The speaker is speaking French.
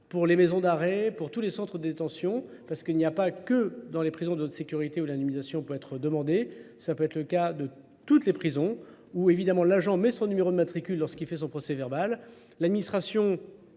pour les maisons d'arrêt, pour tous les centres de détention, parce qu'il n'y a pas que dans les prisons de sécurité où l'administration peut être demandée. Ça peut être le cas de toutes les prisons, où évidemment l'agent met son numéro de matricule lorsqu'il fait son procès verbal. L'administration